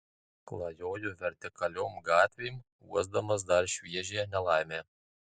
klajoju vertikaliom gatvėm uosdamas dar šviežią nelaimę